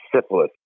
syphilis